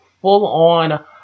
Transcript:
full-on